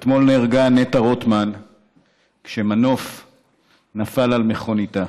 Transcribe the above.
אתמול נהרגה נטע רוטמן כשמנוף נפל על מכוניתה,